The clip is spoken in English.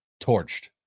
torched